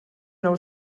nou